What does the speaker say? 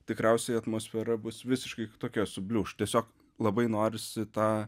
tikriausiai atmosfera bus visiškai kitokia subliūkš tiesiog labai norisi tą